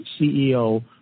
CEO